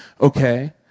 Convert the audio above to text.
okay